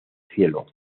cielo